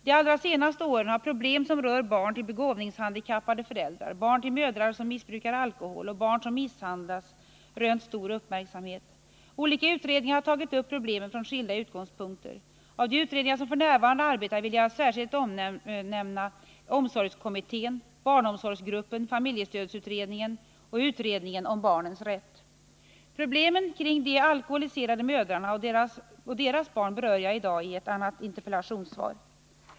De allra senaste åren har problem som rör barn till begåvningshandikappade föräldrar, barn till mödrar som missbrukar alkohol och barn som misshandlas rönt stor uppmärksamhet. Olika utredningar har tagit upp problemen från skilda utgångspunkter. Av de utredningar som f. n. arbetar vill jag särskilt nämna omsorgskommittén , barnomsorgsgruppen , familjestödsutredningen och utredningen om barnens rätt. Problemen kring de alkoholiserade mödrarna och deras barn berör jag i dag i ett annat interpellationssvar.